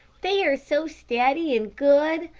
they are so steady and good.